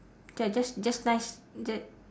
ya just just nice just